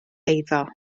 eiddo